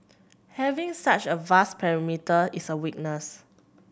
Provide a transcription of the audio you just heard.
having such a vast perimeter is a weakness